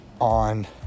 on